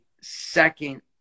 second